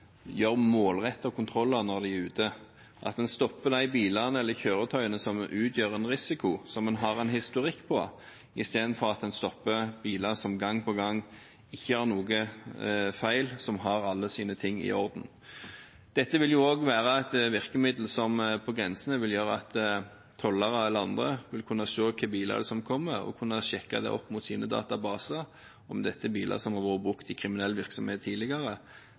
gjør målrettede kontroller når de er ute – at en stopper de bilene eller kjøretøyene som utgjør en risiko, som en har en historikk på, istedenfor at en gang på gang stopper biler som ikke har noen feil, som har alle sine ting i orden. Dette vil også være et virkemiddel som på grensene vil gjøre at tollere eller andre vil kunne se hvilke biler som kommer, og kunne sjekke mot sine databaser om dette er biler som har vært brukt i kriminell virksomhet tidligere,